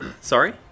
Sorry